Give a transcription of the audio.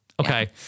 Okay